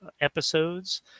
episodes